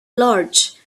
large